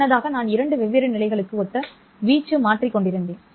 முன்னதாக நான் இரண்டு வெவ்வேறு நிலைகளுக்கு ஒத்த வீச்சு மாற்றிக் கொண்டிருந்தேன்